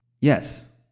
Yes